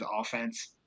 offense